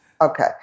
okay